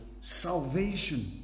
salvation